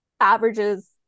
averages